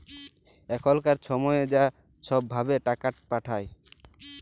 এখলকার ছময়ে য ছব ভাবে টাকাট পাঠায়